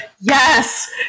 yes